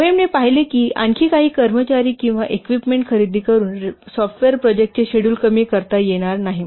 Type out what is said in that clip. बोएहमने पाहिले की आणखी काही कर्मचारी किंवा इक्विपमेंट खरेदी करून सॉफ्टवेअर प्रोजेक्टचे शेड्युल कमी करता येणार नाही